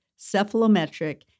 cephalometric